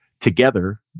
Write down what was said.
together